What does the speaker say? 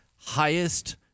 highest